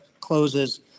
closes